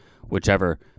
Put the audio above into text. Whichever